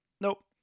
Nope